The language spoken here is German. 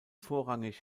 vorrangig